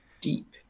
deep